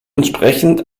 entsprechend